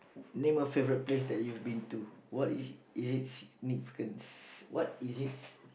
name a favourite place that you've have been to what is is it significance what is it